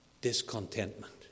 discontentment